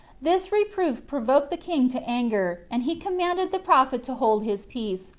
this reproof provoked the king to anger, and he commanded the prophet to hold his peace,